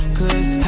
cause